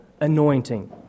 anointing